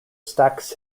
stax